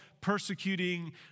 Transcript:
persecuting